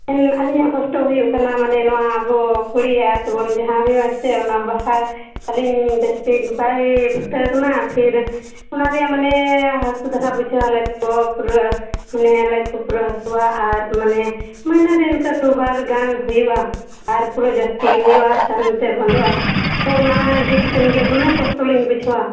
ᱦᱮᱸ ᱟᱹᱞᱤᱧᱟᱜ ᱠᱚᱥᱴᱚ ᱫᱚ ᱦᱩᱭᱩᱜ ᱠᱟᱱᱟ ᱢᱟᱱᱮ ᱱᱚᱣᱟ ᱟᱵᱚ ᱠᱩᱲᱤᱭᱟᱜ ᱛᱮᱵᱚᱱ ᱡᱟᱦᱟᱸ ᱦᱩᱭᱩᱜ ᱟᱥᱮ ᱚᱱᱟ ᱵᱟᱥᱟ ᱟᱹᱞᱤᱧ ᱵᱮᱥᱴᱷᱤᱠ ᱵᱟᱭ ᱯᱷᱩᱴᱟᱹᱣ ᱠᱟᱱᱟ ᱯᱷᱤᱨ ᱚᱱᱟᱨᱮᱭᱟᱜ ᱢᱟᱱᱮ ᱦᱟᱥᱩ ᱫᱷᱟᱨᱟ ᱵᱩᱡᱷᱟᱹᱜᱼᱟ ᱞᱟᱡᱽ ᱠᱚ ᱯᱩᱨᱟᱹ ᱢᱟᱱᱮ ᱞᱟᱡᱽ ᱠᱚ ᱯᱩᱨᱟᱹ ᱦᱟᱹᱥᱩᱣᱟ ᱟᱨ ᱢᱟᱱᱮ ᱢᱟᱹᱱᱦᱟᱹᱨᱮ ᱤᱱᱠᱟᱹ ᱫᱩᱵᱟᱨ ᱜᱟᱱ ᱦᱩᱭᱩᱜᱼᱟ ᱟᱨ ᱯᱩᱨᱟᱹ ᱡᱟᱹᱥᱛᱤ ᱜᱮ ᱦᱩᱭᱩᱜᱼᱟ ᱟᱨ ᱛᱟᱭᱱᱚᱢ ᱛᱮ ᱵᱚᱱᱫᱚᱜᱼᱟ ᱛᱚ ᱚᱱᱟ ᱤᱫᱤ ᱠᱟᱛᱮᱱ ᱜᱮ ᱫᱚᱢᱮ ᱠᱚᱥᱴᱚᱞᱤᱧ ᱵᱩᱡᱷᱟᱹᱣᱟ